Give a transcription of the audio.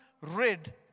rid